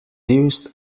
used